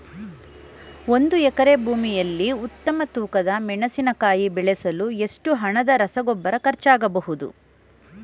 ಒಂದು ಎಕರೆ ಭೂಮಿಯಲ್ಲಿ ಉತ್ತಮ ತೂಕದ ಮೆಣಸಿನಕಾಯಿ ಬೆಳೆಸಲು ಎಷ್ಟು ಹಣದ ರಸಗೊಬ್ಬರ ಖರ್ಚಾಗಬಹುದು?